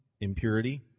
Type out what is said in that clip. impurity